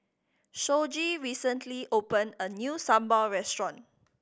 Shoji recently opened a new sambal restaurant